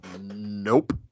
Nope